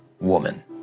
woman